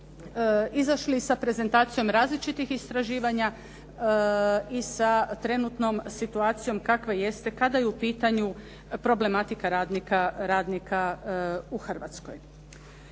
izašli sa prezentacijom različitih istraživanja i sa trenutnom situacijom kakva jeste kada je u pitanju problematika radnika u Hrvatskoj.